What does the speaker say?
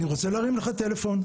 אני רוצה להרים לך טלפון,